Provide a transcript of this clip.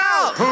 Out